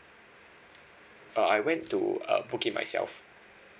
uh I went to uh book it myself